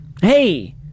Hey